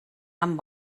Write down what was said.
amb